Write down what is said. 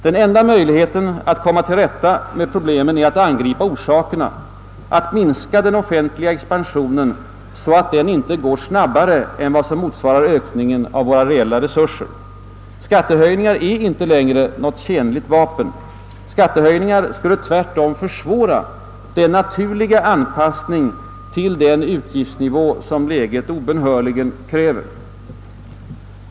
Den enda möjligheten att komma till rätta med problemen är att angripa orsakerna, att minska den offentliga expansionen så att den inte går snabbare än vad som motsvarar ökningen av våra reella resurser. Skattehöjningar är inte längre något tjänligt vapen — skattehöjningar skulle tvärtom försvåra en naturlig anpassning till den utgiftsnivå som läget obönhörligen kräver.